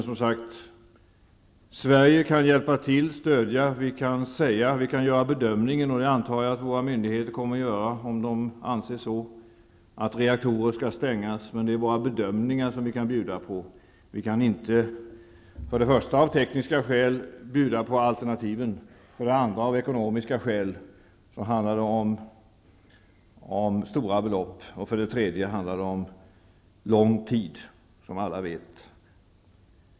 Som sagt: Sverige kan hjälpa och stödja. Vi kan göra bedömningen -- det antar jag att våra myndigheter kommer att göra om de anser det -- att en reaktor bör stängas, men det är bara bedömningar som vi kan bjuda på. Vi kan inte för det första av tekniska skäl bjuda på alternativen, för det andra av ekonomiska skäl för det handlar om stora belopp. För det tredje handlar det om lång tid, som alla vet.